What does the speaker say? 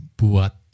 buat